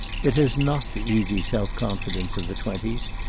it has not the easy self-confidence of the twenties.